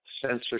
censorship